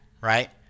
right